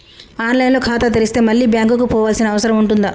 On line లో ఖాతా తెరిస్తే మళ్ళీ బ్యాంకుకు పోవాల్సిన అవసరం ఉంటుందా?